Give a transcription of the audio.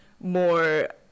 more